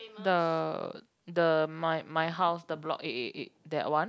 the the my my house the block eight eight eight that one